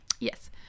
Yes